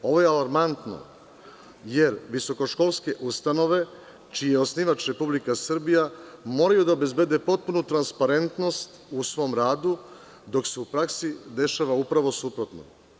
Ovo je alarmantno, jer visokoškolske ustanove čiji je osnivač Republika Srbija moraju da obezbede potpunu transparentnost u svom radu, dok se u praksi dešava upravo suprotno.